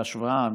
בהשוואה,